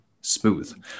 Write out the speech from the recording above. smooth